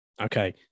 Okay